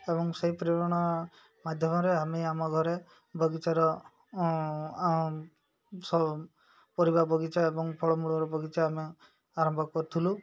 ଏବଂ ସେଇ ପ୍ରେରଣା ମାଧ୍ୟମରେ ଆମେ ଆମ ଘରେ ବଗିଚାର ସ ପରିବା ବଗିଚା ଏବଂ ଫଳମୂଳର ବଗିଚା ଆମେ ଆରମ୍ଭ କରୁଥିଲୁ